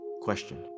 question